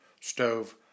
stove